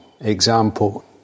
example